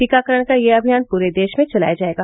टीकाकरण का यह अभियान पूरे देश में चलाया जायेगा